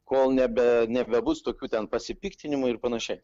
kol nebe nebebus tokių ten pasipiktinimų ir panašiai